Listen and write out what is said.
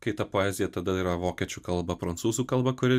kai ta poezija tada yra vokiečių kalba prancūzų kalba kuri